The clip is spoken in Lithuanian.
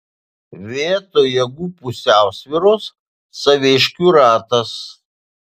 vietoj jėgų pusiausvyros saviškių ratas